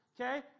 okay